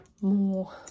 more